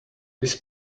this